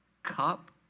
cup